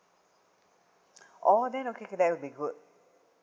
orh then okay that will be good